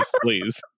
Please